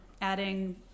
adding